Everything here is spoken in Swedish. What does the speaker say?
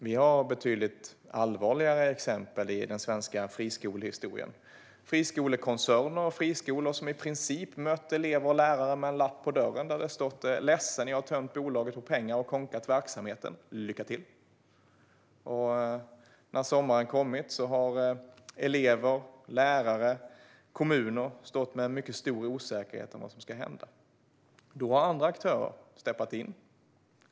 Det finns betydligt allvarligare exempel i den svenska friskolehistorien - friskolekoncerner och friskolor som i princip mött elever och lärare med en lapp på dörren där det stått: Ledsen, jag har tömt bolaget på pengar och konkat verksamheten. Lycka till! När sommaren kommit har elever, lärare och kommuner stått med en mycket stor osäkerhet om vad som ska hända. Då har andra aktörer steppat in.